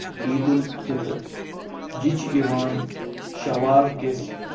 عیٖدالفِطر یہِ چھُ یِوان شَوال کِس